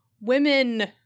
Women